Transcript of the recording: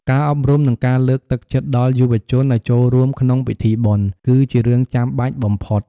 ការអប់រំ និងការលើកទឹកចិត្តដល់យុវជនឲ្យចូលរួមក្នុងពិធីបុណ្យ គឺជារឿងចាំបាច់បំផុត។